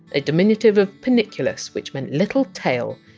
a diminutive of peniculus, which meant little tail.